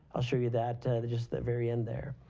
i'll show you that just the very end there.